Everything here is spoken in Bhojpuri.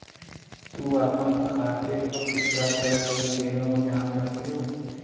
तू आपन खाते क पिछला दस लेन देनो जान सकलू